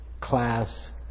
class